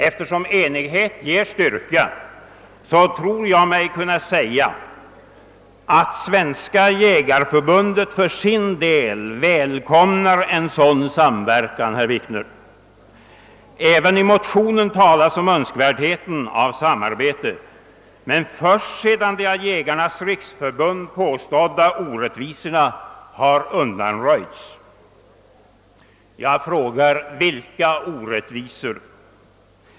Eftersom enighet ger styrka kan jag säga att Svenska jägareförbundet för sin del välkomnar en sådan samverkan, herr Wikner. Även i motionen talas om önskvärdheten av samarbete men först sedan de av Jägarnas riksförbund påstådda orättvisorna undanröjts. Jag frågar: Vilka orättvisor?